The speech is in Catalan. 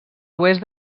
oest